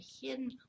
hidden